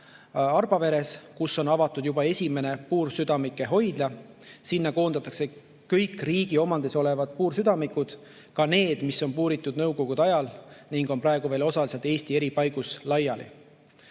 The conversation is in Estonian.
Arbaveres, kus on avatud juba esimene puursüdamike hoidla. Sinna koondatakse kõik riigi omandis olevad puursüdamikud, ka need, mis on puuritud nõukogude ajal ning mis on praegu veel osaliselt Eesti eri paigus laiali.